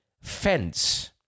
fence